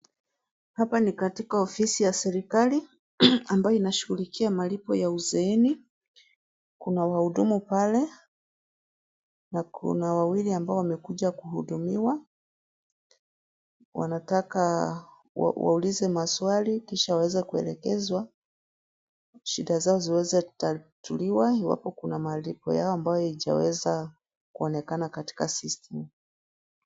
Hapa ni katika ofisi ya serikali ambayo inashughulikia malipo ya uzeeni. Kuna wahudumu pale na kuna wawili ambao wamekuja kuhudumiwa. Wanataka waulize maswali kisha waweze kuelekezwa, shida zao ziweze tatuliwa, iwapo kuna malipo yao ambayo haijaweza kuonekana katika system .